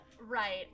Right